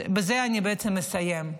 בזה אני בעצם אסיים: